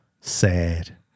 sad